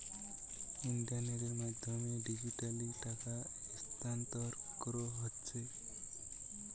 ইন্টারনেটের মাধ্যমে ডিজিটালি টাকা স্থানান্তর কোরা হচ্ছে